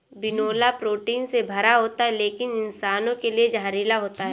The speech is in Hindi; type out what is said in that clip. बिनौला प्रोटीन से भरा होता है लेकिन इंसानों के लिए जहरीला होता है